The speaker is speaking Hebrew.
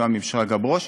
מתואם עם שרגא ברוש,